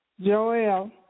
Joel